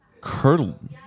curdled